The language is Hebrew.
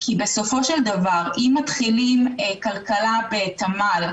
כי בסופו של דבר אם מתחילים כלכלה בתמ"ל,